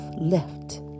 left